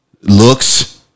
looks